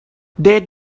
death